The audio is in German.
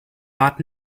rat